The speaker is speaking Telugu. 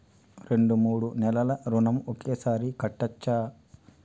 రెండు మూడు నెలల ఋణం ఒకేసారి కట్టచ్చా?